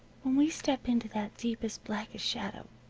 when we step into that deepest, blackest shadow,